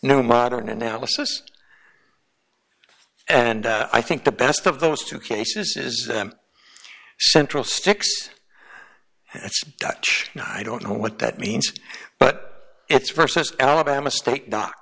new modern analysis and i think the best of those two cases is central sticks dutch and i don't know what that means but it's versus alabama state doc